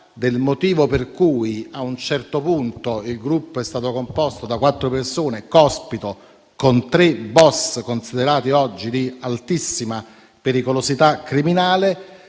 il motivo per cui a un certo punto il gruppo è stato composto da quattro persone, ovvero da Cospito con tre *boss* considerati oggi di altissima pericolosità criminale.